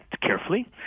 carefully